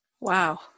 Wow